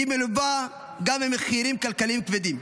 היא מלווה גם במחירים כלכליים כבדים,